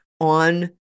on